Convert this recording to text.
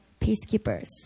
peacekeepers